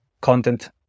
content